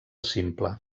simple